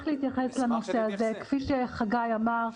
כפי שחגי אמר,